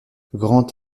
grand